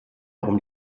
warum